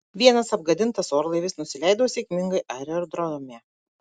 vienas apgadintas orlaivis nusileido sėkmingai aerodrome